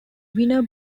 winner